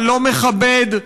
הלא-מכבד,